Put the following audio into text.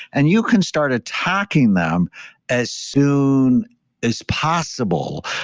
and you can start attacking them as soon as possible.